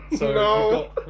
no